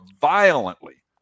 violently